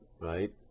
right